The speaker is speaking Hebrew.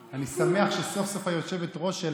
חייב להגיד לכם שאני מסתכל אחורה מ-2013,